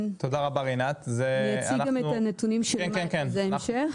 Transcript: נציג גם את הנתונים בהמשך.